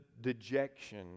dejection